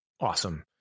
awesome